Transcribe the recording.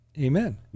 Amen